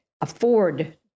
afford